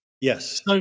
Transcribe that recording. Yes